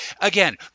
again